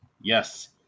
Yes